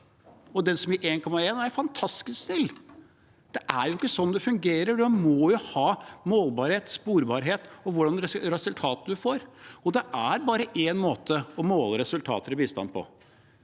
Og den som gir 1,1 pst., er fantastisk snill. Det er jo ikke sånn det fungerer. En må ha målbarhet og sporbarhet og se hva slags resultat en får. Det er bare én måte å måle resultater i bistanden på,